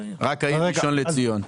רק העיר ראשון לציון.